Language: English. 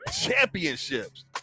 championships